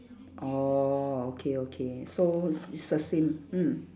oh okay okay so it's it's the same mm